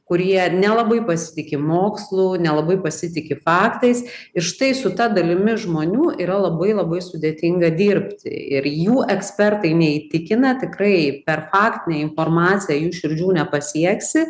kurie nelabai pasitiki mokslu nelabai pasitiki faktais ir štai su ta dalimi žmonių yra labai labai sudėtinga dirbti ir jų ekspertai neįtikina tikrai per faktinę informaciją jų širdžių nepasieksi